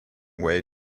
way